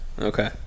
Okay